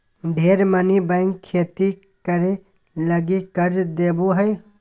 ढेर मनी बैंक खेती करे लगी कर्ज देवो हय